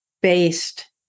based